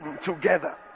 together